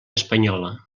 espanyola